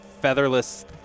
featherless